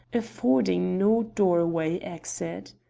affording no doorway exit.